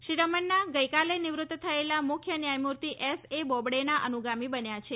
શ્રી રમન્ના ગઇકાલે નિવૃત્ત થયેલા મુખ્ય ન્યાયનુર્તિ એસએ બોબડેના અનુગામી બન્યા છે